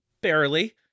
barely